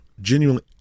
genuinely